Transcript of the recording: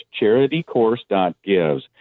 charitycourse.gives